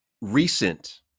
recent